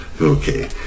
okay